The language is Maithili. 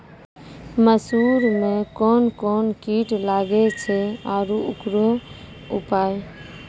मसूर मे कोन कोन कीट लागेय छैय आरु उकरो उपाय?